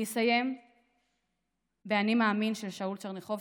אני אסיים באני מאמין של שאול טשרניחובסקי: